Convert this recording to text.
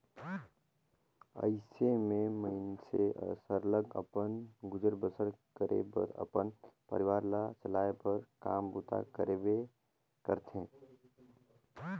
अइसे में मइनसे सरलग अपन गुजर बसर करे बर अपन परिवार ल चलाए बर काम बूता करबे करथे